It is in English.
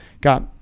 got